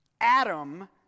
Adam